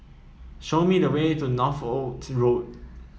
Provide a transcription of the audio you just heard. show me the way to Northolt Road